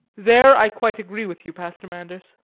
there i quite agree with you, pastor manders.